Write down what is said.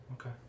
Okay